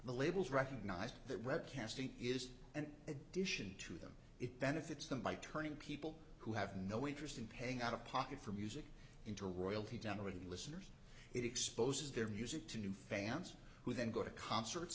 the labels recognize that webcasting is an addition to them it benefits them by turning people who have no interest in paying out of pocket for music into royalty generating listeners it exposes their music to new fans who then go to concerts